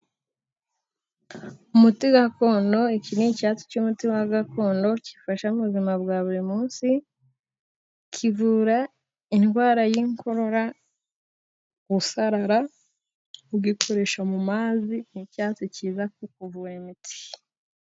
Umuti gakondo iki ni icyatsi cy'umuti gakondo gifasha mu buzima bwa buri munsi. Kivura indwara y'inkorora, gusarara. Ugikoresha mu mazi ni icyatsi kikuvura imitsi.